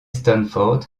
stanford